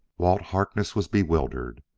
walt harkness was bewildered.